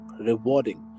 rewarding